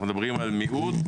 אנחנו מדברים על מיעוט,